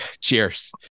Cheers